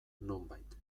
nonbait